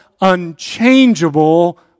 unchangeable